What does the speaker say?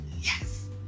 Yes